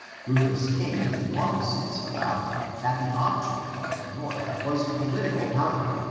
rufus king long since avowed that the object of the north was political power,